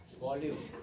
volume